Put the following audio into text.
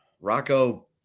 Rocco